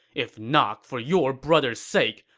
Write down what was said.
if not for your brother's sake,